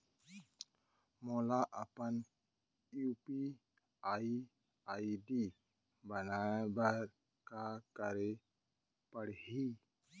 मोला अपन UPI ID बनाए बर का करे पड़ही?